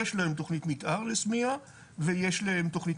יש להם תכנית מתאר לסמיע ויש להם תכנית